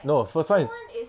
no first [one] is